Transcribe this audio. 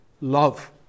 Love